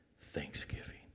thanksgiving